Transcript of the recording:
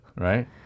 right